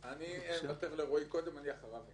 אהיה אחרי רועי.